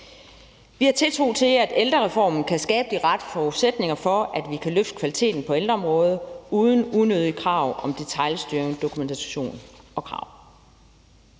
Vi har tiltro til, at ældrereformen kan skabe de rette forudsætninger for, at vi kan løfte kvaliteten på ældreområdet uden unødige krav om detailstyring og dokumentation.